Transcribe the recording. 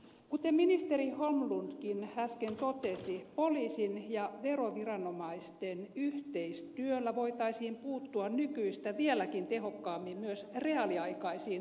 kuten ministeri holmlundkin äsken totesi poliisin ja veroviranomaisten yhteistyöllä voitaisiin puuttua nykyistä vieläkin tehokkaammin myös reaaliaikaisiin talousrikosasioihin